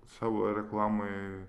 savo reklamoj